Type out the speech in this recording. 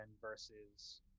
versus